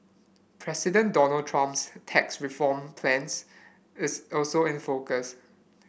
President Donald Trump's tax reform plan is also in focus